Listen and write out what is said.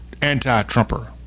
anti-Trumper